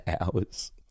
hours